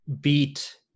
beat